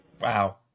Wow